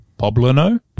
Poblano